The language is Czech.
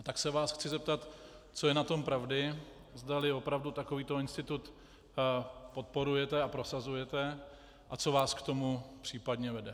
Tak se vás chci zeptat, co je na tom pravdy, zdali opravdu takovýto institut podporujete a prosazujete a co vás k tomu případně vede.